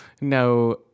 No